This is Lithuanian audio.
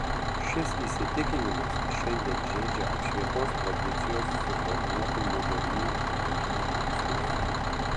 šis įsitikinimas šiandien žeidžia apšvietos tradicijos suformuotų modernių žmonių jausmus